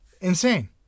Insane